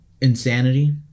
insanity